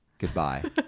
Goodbye